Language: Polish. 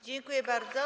Dziękuję bardzo.